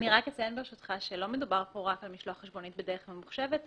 אני רק אציין שלא מדובר פה רק על משלוח חשבונית בדרך ממוחשבת,